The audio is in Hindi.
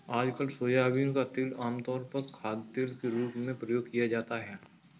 आजकल सोयाबीन का तेल आमतौर पर खाद्यतेल के रूप में प्रयोग किया जाता है